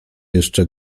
jeszcze